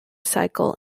cycle